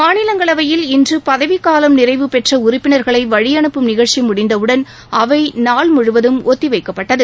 மாநிலங்களவையில் இன்று பதவிக்காலம் நிறைவு பெற்ற உறுப்பினர்களை வழி அனுப்பும் நிகழ்ச்சி முடிந்த உடன் அவை நாள் முழுவதும் ஒத்திவைக்கப்பட்டது